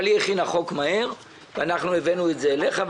אבל היא הכינה מהר חוק ואנחנו הבאנו את זה אליך,